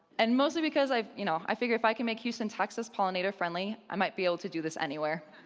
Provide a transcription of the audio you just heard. and mostly because i you know i figure if i can make houston, texas pollinator-friendly, i might be able to do this anywhere.